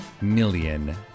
million